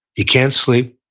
you can't sleep.